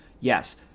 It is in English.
Yes